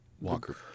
walker